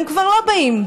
הם כבר לא באים.